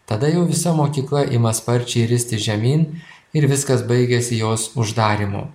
tada jau visa mokykla ima sparčiai ristis žemyn ir viskas baigiasi jos uždarymu